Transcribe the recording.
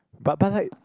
but bike